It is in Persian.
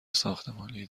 ساختمانی